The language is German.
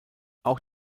auch